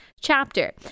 chapter